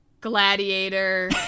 gladiator